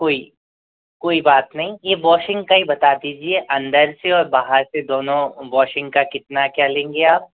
कोई कोई बात नहीं ये वॉशिंग का ही बता दीजिए अंदर से और बाहर से दोनों वॉशिंग का कितना क्या लेंगे आप